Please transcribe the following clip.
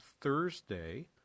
Thursday